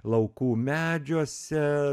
laukų medžiuose